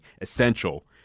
essential